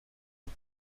aux